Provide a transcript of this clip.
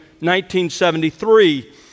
1973